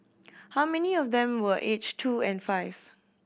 how many of them were aged two and five